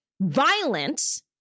violence